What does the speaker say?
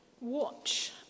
Watch